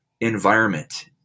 environment